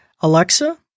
Alexa